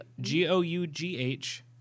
G-O-U-G-H